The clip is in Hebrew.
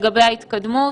לגבי ההתקדמות